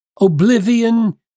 oblivion